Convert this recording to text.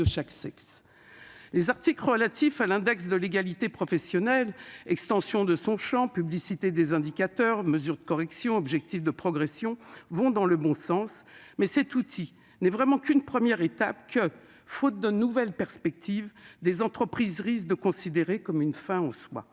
Les articles relatifs à l'index de l'égalité professionnelle- extension de son champ, publicité des indicateurs, des mesures de correction et des objectifs de progression -vont dans le bon sens, mais cet outil n'est vraiment qu'une première étape que, faute de nouvelles perspectives, des entreprises risquent de considérer comme une fin en soi.